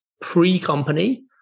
pre-company